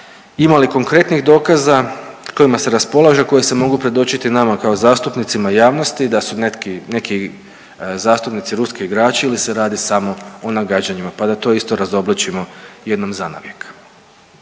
ima li konkretnih dokaza kojima se raspolaže i koji se mogu predočiti nama kao zastupnicima i javnosti da su neki, neki zastupnici ruski igrači ili se radi samo o nagađanjima, pa da to isto razobličimo jednom zanavijek.